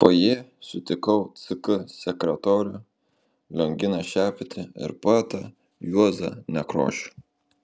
fojė sutikau ck sekretorių lionginą šepetį ir poetą juozą nekrošių